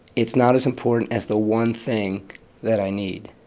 it's not as important as the one thing that i need.